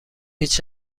هیچ